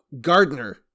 Gardner